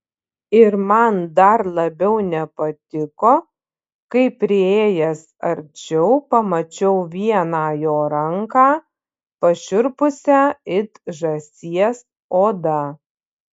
ir man dar labiau nepatiko kai priėjęs arčiau pamačiau vieną jo ranką pašiurpusią it žąsies oda